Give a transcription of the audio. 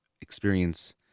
experience